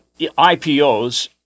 IPOs